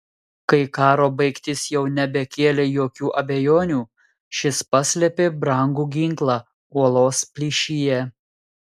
kai karo baigtis jau nebekėlė jokių abejonių šis paslėpė brangų ginklą uolos plyšyje